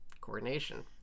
coordination